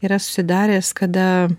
yra susidaręs kada